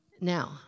Now